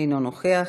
אינו נוכח,